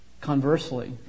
Conversely